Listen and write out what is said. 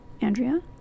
Andrea